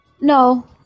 No